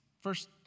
First